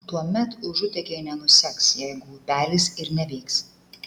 tuomet užutėkiai nenuseks jeigu upelis ir neveiks